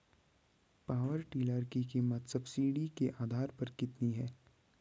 Power tiller की कीमत subsidy के आधार पर कितनी है?